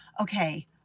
okay